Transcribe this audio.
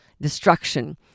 destruction